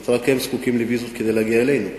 רק הם זקוקים לוויזות כדי להגיע אלינו.